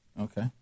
Okay